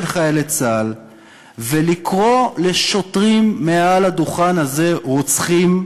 חיילי צה"ל ולקרוא לשוטרים מעל הדוכן הזה רוצחים.